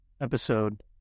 episode